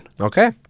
Okay